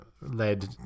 led